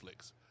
Netflix